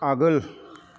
आगोल